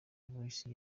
voice